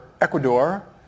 Ecuador